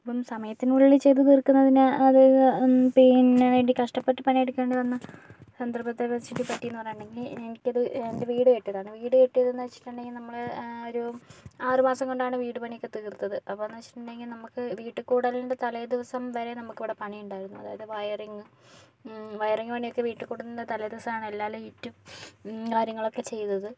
ഇപ്പം സമയത്തിനുള്ളിൽ ചെയ്തു തീർക്കുന്നതിന് അതായത് പിന്നെ വേണ്ടി കഷ്ടപ്പെട്ട് പണിയെടുക്കേണ്ടി വന്ന സന്ദർഭത്തെക്കുറിച്ച് പറ്റിയെന്നു പറഞ്ഞിട്ടുണ്ടെങ്കിൽ എനിക്കത് എൻ്റെ വീട് കെട്ടിയതാണ് വീട് കെട്ടിയതെന്നു വെച്ചിട്ടുണ്ടെങ്കിൽ നമ്മൾ ഒരു ആറ് മാസംകൊണ്ടാണ് വീടുപണിയൊക്കെ തീർത്തത് അപ്പോഴെന്നുവെച്ചിട്ടുണ്ടെങ്കിൽ നമുക്ക് വീട്ടിക്കൂടലിൻ്റെ തലേദിവസം വരെ നമുക്കിവിടെ പണിയുണ്ടായിരുന്നു അതായത് വയറിങ് വയറിങ് പണിയൊക്കെ വീട്ട്ക്കൂടലിൻ്റെ തലേദിവസമാണ് എല്ലാ ലൈറ്റും കാര്യങ്ങളൊക്കെ ചെയ്തത്